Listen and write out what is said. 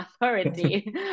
authority